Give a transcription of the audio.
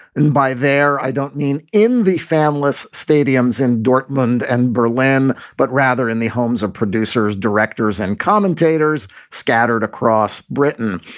and by there i don't mean in the families stadiums in dortmund and berlin, but rather in the homes of producers, directors and commentators scattered across britain.